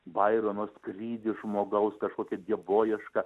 bairono skrydis žmogaus kažkokia dievoieška